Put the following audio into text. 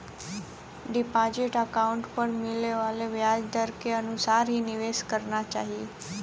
deposit account पर मिले वाले ब्याज दर के अनुसार ही निवेश करना चाही